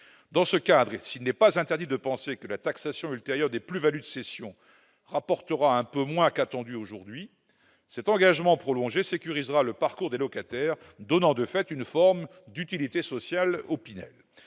Dans ce cadre, il n'est pas interdit de penser que la taxation ultérieure des plus-values de cession rapportera un peu moins qu'attendu aujourd'hui ; mais cet engagement prolongé sécurisera le parcours des locataires et donnera, de fait, une forme d'utilité sociale au Pinel.